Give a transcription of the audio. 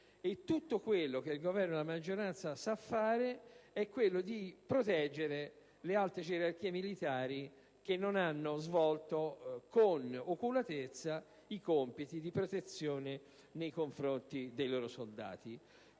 tutto quello che il Governo e la maggioranza sanno fare è quello di proteggere le alte gerarchie militari che non hanno svolto con oculatezza i compiti di protezione nei confronti dei loro soldati.